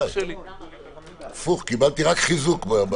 קיבלתי רק חיזוק.